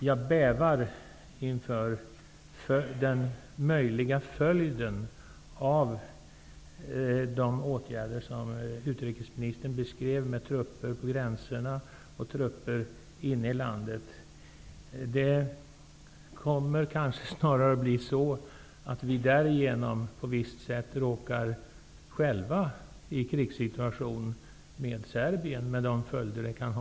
Jag bävar inför den möjliga följden av de åtgärder som utrikesministern beskrev med trupper på gränserna och trupper inne i landet. På det sättet kanske vi själva snarare råkar i krigssituation med Serbien med de följder det kan ha.